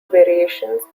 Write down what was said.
variations